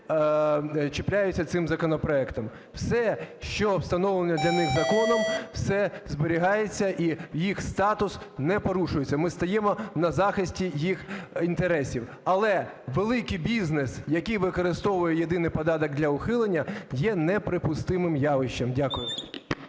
не чіпляються цим законопроектом. Все, що встановлено для них законом, все зберігається і їх статус не порушується. Ми стаємо на захисті їх інтересів. Але великий бізнес, який використовує єдиний податок для ухилення, є неприпустимим явищем. Дякую.